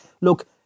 look